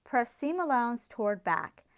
press seam allowance toward back.